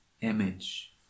image